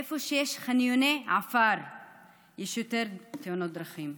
איפה שיש חניוני עפר יש יותר תאונות דרכים.